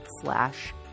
slash